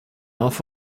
off